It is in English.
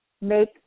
make